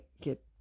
get